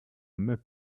myth